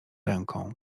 ręką